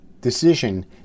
decision